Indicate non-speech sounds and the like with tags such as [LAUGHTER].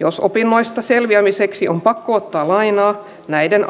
jos opinnoista selviämiseksi on pakko ottaa lainaa näiden [UNINTELLIGIBLE]